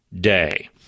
day